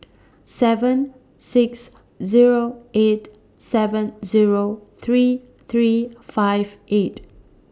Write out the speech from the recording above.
seven six Zero eight seven Zero three three five eight